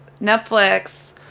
Netflix